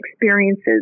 experiences